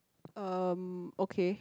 um okay